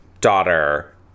daughter